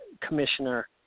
commissioner